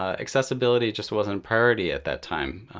ah accessibility just wasn't a priority at that time.